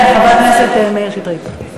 כן, חבר הכנסת מאיר שטרית.